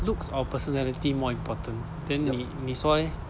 looks or personality more important then 你你说哦